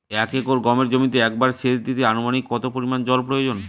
এক একর গমের জমিতে একবার শেচ দিতে অনুমানিক কত পরিমান জল প্রয়োজন?